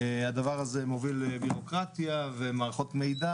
הדבר הזה מוביל לביורוקרטיה ומערכות מידע